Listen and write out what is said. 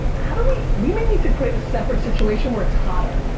how do we. we may need to create a separate situation where it's hotter.